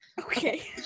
okay